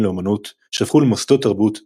לאמנות שהפכו למוסדות תרבות בין-לאומיים.